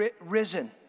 risen